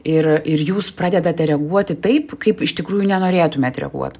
ir ir jūs pradedate reaguoti taip kaip iš tikrųjų nenorėtumėt reaguot